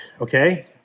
Okay